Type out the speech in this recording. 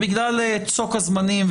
בגלל צוק הזמנים,